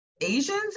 Asians